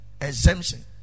Exemption